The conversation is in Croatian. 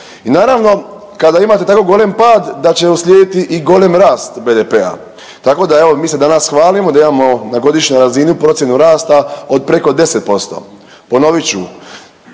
I naravno kad imate tako golem pad da će uslijediti i golem rast BDP-a, tako da evo mi se danas hvalimo da imao na godišnjoj razini procjenu rasta od preko 10%. Ponovit